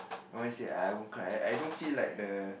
what am I say I won't cry I don't feel like the